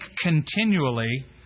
continually